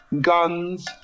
guns